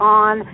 on